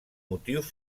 motius